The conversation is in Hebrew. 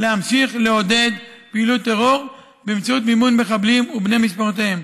להמשיך לעודד פעילות טרור באמצעות מימון מחבלים ובני משפחותיהם.